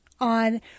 on